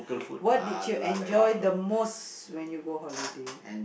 what did you enjoy the most when you go holiday